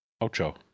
Ocho